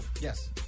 Yes